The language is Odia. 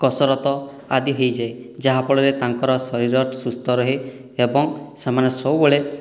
କସରତ ଆଦି ହୋଇଯାଏ ଯାହା ଫଳରେ ତାଙ୍କର ଶରୀର ସୁସ୍ଥ ରହେ ଏବଂ ସେମାନେ ସବୁବେଳେ